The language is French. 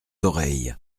oreilles